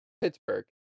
Pittsburgh